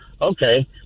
Okay